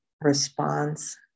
response